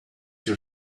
your